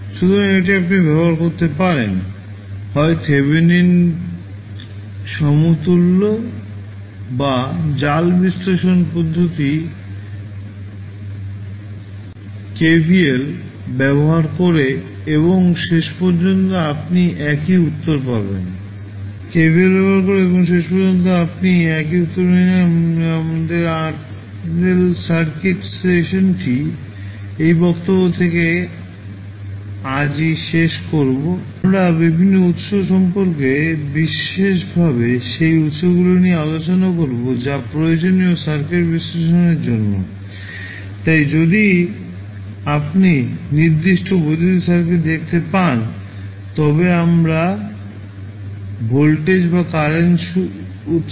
সুতরাং এটি আপনি ব্যবহার করতে পারেন হয় থেভেনিন সমতুল্য বা জাল বিশ্লেষণ পদ্ধতি KVL ব্যবহার করে এবং শেষ পর্যন্ত আপনি একই উত্তর পেয়ে যাবেন তাই আমরা আমাদের RL সার্কিট সেশনটি এই বক্তব্য থেকে আজই শেষ করব আমরা বিভিন্ন উৎস সম্পর্কে বিশেষভাবে সেই উৎসগুলি নিয়ে আলোচনা করব যা প্রয়োজনীয় সার্কিট বিশ্লেষণের জন্য তাই যদি আপনি নির্দিষ্ট বৈদ্যুতিক সার্কিট দেখতে পান তবে আমরা প্রয়োগ করি ভোল্টেজ বা কারেন্ট উৎস